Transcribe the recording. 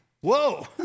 Whoa